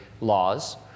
laws